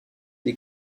des